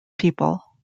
people